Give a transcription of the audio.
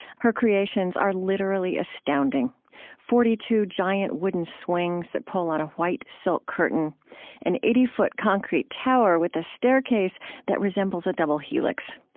her creations are literally astounding forty two giant wooden swings that pull on a white, silk curtain an eighty foot concrete tower with a staircase that resembles a double helix.